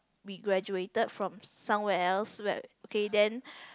we graduated from somewhere else w~ okay then